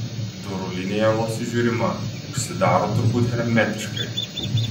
durų linija vos įžiūrima užsidaro turbūt hermetiškai